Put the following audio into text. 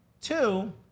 Two